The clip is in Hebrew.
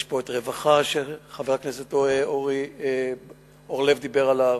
יש פה נושא הרווחה, שחבר הכנסת אורלב דיבר עליו,